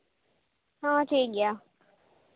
ᱦᱚᱸ ᱴᱷᱤᱠ ᱜᱮᱭᱟ